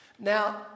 Now